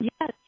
Yes